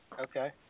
Okay